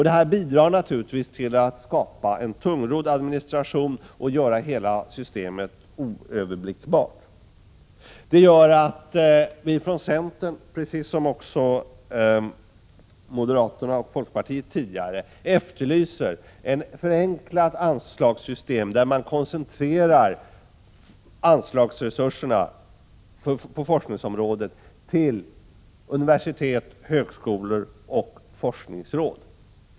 Detta bidrar naturligtvis till att skapa en tungrodd administration och gör hela systemet oöverblickbart. Vi från centern, liksom tidigare moderaterna och folkpartiet, efterlyser därför ett förenklat anslagssystem där anslagsresurserna på forskningsområdet koncentreras till universitet, högskolor och forskningsråd.